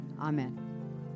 Amen